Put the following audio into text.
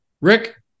Rick